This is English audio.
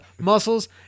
muscles